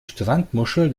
strandmuschel